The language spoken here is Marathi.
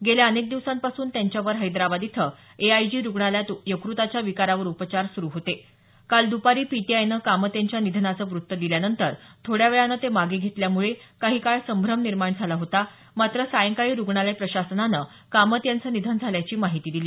गेल्या अनेक दिवसांपासून त्यांच्यावर हैदराबाद इथं एआयजी रुग्णालयात यकृताच्या विकारावर उपचार सुरू होते काल दुपारी पीटीआयनं कामत यांच्या निधनाचं वृत्त दिल्यानंतर थोड्या वेळानं ते मागे घेतल्यामुळे काही काळ संभ्रम निर्माण झाला होता मात्र सायंकाळी रुग्णालय प्रशासनानं कामत यांचं निधन झाल्याची माहिती दिली